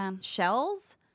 shells